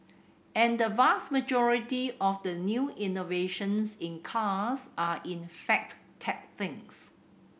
and the vast majority of the new innovations in cars are in fact tech things